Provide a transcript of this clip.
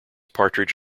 partridge